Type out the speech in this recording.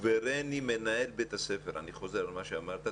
סוברני מנהל בית הספר אני חוזר על מה שאמרת,